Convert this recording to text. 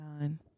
Nine